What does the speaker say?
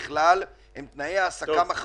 אני חולק עליך.